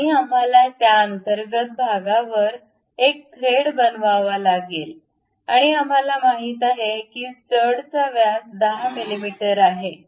आणि आम्हाला त्या अंतर्गत भागावर एक थ्रेड बनवावा लागेल आणि आम्हाला माहित आहे की स्टडचा व्यास 10 मिमी आहे